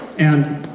and